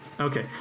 Okay